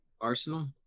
Arsenal